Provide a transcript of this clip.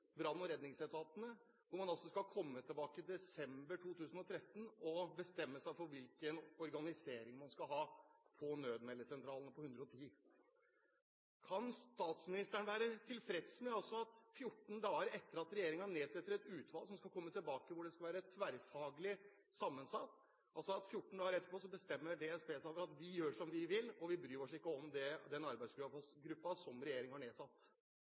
man altså skal komme tilbake i desember 2013 og bestemme seg for hvilken organisering man skal ha for nødmeldesentralen på 110. Kan statsministeren være tilfreds med at 14 dager etter at regjeringen nedsetter et utvalg som skal komme tilbake, og som skal være tverrfaglig sammensatt, bestemmer DSB seg for at de gjør som de vil, og at de ikke bryr seg om den arbeidsgruppen som regjeringen har nedsatt?